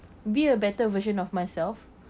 be a better version of myself